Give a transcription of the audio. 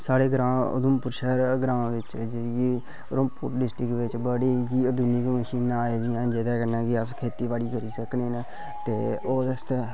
साढ़ा ग्रांऽ उधमपुर शैह्र दे ग्रांऽ बिच ऐ जाइयै ते डिस्ट्रिक्ट बिच बड़ियां गै मशीनां आई दियां न जेह्दे कन्नै अस खेतीबाड़ी करी सकने न ते ओह्दे आस्तै